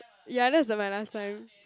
ya that's the my last time